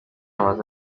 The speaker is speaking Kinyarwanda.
amaze